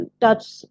touch